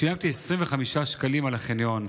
ושילמתי 25 שקלים לחניון.